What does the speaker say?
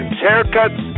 haircuts